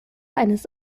eines